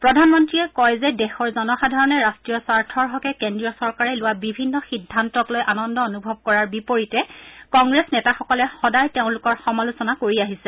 প্ৰধানমন্ত্ৰীয়ে কয় যে দেশৰ জনসাধাৰণে ৰাষ্টীয় স্বাৰ্থৰ হকে কেন্দ্ৰীয় চৰকাৰে লোৱা বিভিন্ন সিদ্ধান্তক লৈ আনন্দ অনুভৱ কৰাৰ বিপৰীতে কংগ্ৰেছ নেতাসকলে সদায় তেওঁলোকৰ সমালোচনা কৰি আহিছে